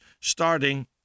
starting